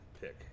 pick